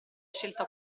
scelta